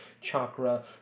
chakra